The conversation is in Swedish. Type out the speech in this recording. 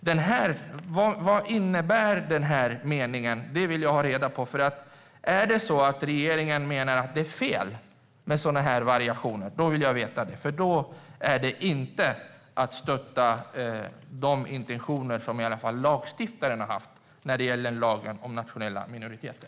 Vad innebär formuleringen? Det vill jag ha reda på. Om regeringen menar att det är fel med variationer vill jag veta det, för det är inte att stötta de intentioner som åtminstone lagstiftaren har haft när det gäller lagen om nationella minoriteter.